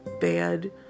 bad